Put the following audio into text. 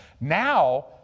Now